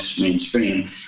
mainstream